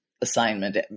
assignment